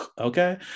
Okay